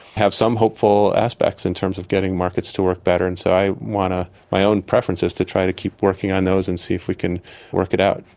have some hopeful aspects in terms of getting markets to work better. and so i want to. my own preference is to try to keep working on those and see if we can work it out.